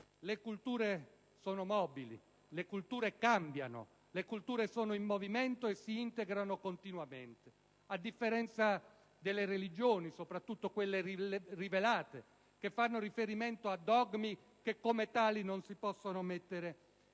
le culture siano mobili, che le culture cambino, che siano in movimento e che si integrino continuamente, a differenza delle religioni, soprattutto quelle rivelate, che fanno riferimento a dogmi e che, in quanto tali, non si possono mettere